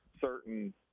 certain